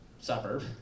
suburb